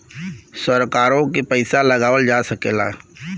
सरकारों के पइसा लगावल जा सकेला